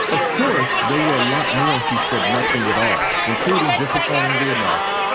of course, there were a lot more who said nothing at all, including, disappointingly enough,